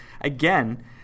Again